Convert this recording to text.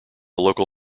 local